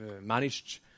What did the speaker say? managed